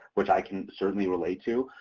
which i can certainly relate to,